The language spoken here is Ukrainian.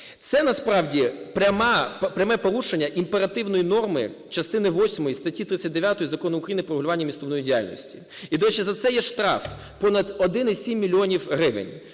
Це насправді пряма, пряме порушення імперативної норми частини восьмої статті 39 Закону України "Про регулювання містобудівної діяльності". І, до речі, за це є штраф – понад 1,7 мільйонів